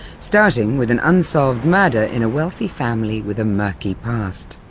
starting with an unsolved murder in a wealthy family with a murky past.